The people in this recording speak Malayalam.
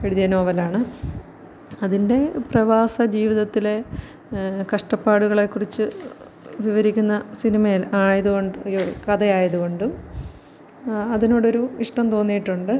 എഴുതിയ നോവലാണ് അതിൻ്റെ പ്രവാസ ജീവിതത്തിലെ കഷ്ടപ്പാടുകളെക്കുറിച്ച് വിവരിക്കുന്ന സിനിമയിൽ ആയതുകൊണ്ടും യ്യോ കഥയായതുകൊണ്ടും അതിനോടൊരു ഇഷ്ടം തോന്നിയിട്ടുണ്ട്